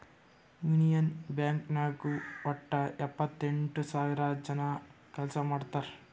union Bank ನಾಗ್ ವಟ್ಟ ಎಪ್ಪತ್ತೆಂಟು ಸಾವಿರ ಜನ ಕೆಲ್ಸಾ ಮಾಡ್ತಾರ್